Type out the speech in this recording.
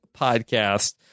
podcast